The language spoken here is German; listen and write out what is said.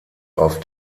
auf